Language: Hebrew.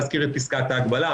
להזכיר את פסקת ההגבלה,